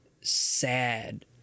sad